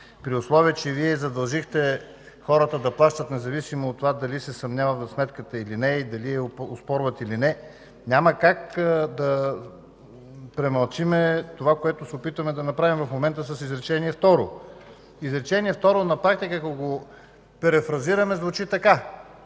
при условие че Вие задължихте хората да плащат, независимо от това дали се съмняват в сметката или не, дали я оспорват или не, няма как да премълчим това, което се опитваме да направим в момента с изречение второ. Ако перифразираме изречение второ, на практика звучи така: